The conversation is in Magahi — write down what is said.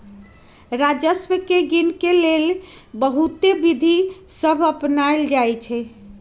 राजस्व के गिनेके लेल बहुते विधि सभ अपनाएल जाइ छइ